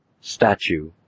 statue